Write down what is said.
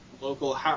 local